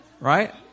right